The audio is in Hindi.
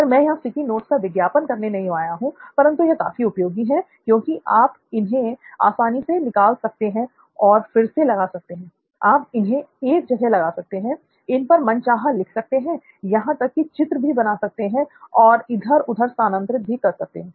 पर मैं यहां स्टिकी नोट्स का विज्ञापन करने नहीं आया हूं परंतु यह काफी उपयोगी है क्योंकि आप इन्हें आसानी से निकाल सकते हो और फिर से लगा सकते हो आप इन्हें एक जगह लगा सकते हो इन पर मनचाहा लिख सकते हो यहां तक कि चित्र भी बना सकते हो और इधर उधर स्थानांतरित भी कर सकते हो